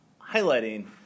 highlighting